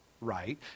right